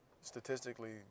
statistically